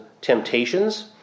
temptations